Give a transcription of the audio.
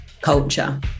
culture